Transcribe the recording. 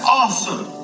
awesome